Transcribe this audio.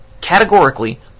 categorically